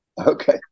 Okay